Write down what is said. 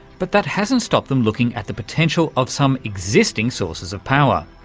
but that hasn't stopped them looking at the potential of some existing sources of power.